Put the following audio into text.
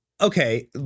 Okay